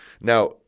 Now